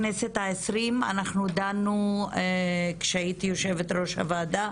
גם בכנסת ה-20 כשהייתי יושבת-ראש הוועדה,